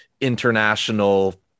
international